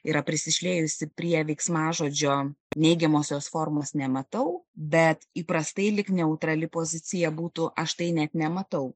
yra prisišliejusi prie veiksmažodžio neigiamosios formos nematau bet įprastai lyg neutrali pozicija būtų aš tai net nematau